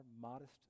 modest